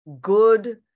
good